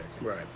Right